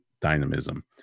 dynamism